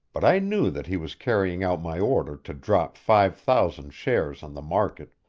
but i knew that he was carrying out my order to drop five thousand shares on the market.